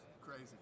Crazy